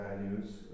values